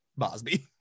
Bosby